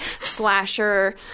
slasher